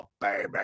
baby